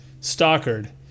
Stockard